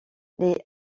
les